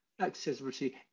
accessibility